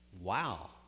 Wow